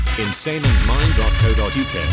insaneandmind.co.uk